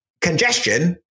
congestion